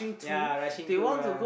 yea rushing to lah